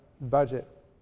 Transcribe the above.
budget